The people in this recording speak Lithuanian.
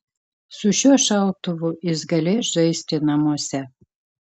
su šiuo šautuvu jis galės žaisti namuose